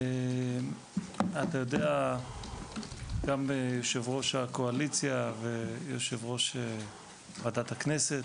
נמצאים פה גם יושב ראש הקואליציה ויושב-ראש ועדת הכנסת,